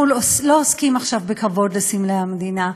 אנחנו לא עוסקים עכשיו בכבוד לסמלי המדינה.